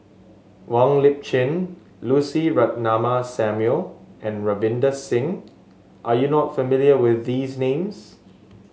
Wong Lip Chin Lucy Ratnammah Samuel and Ravinder Singh are you not familiar with these names